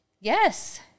Yes